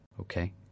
Okay